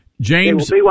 James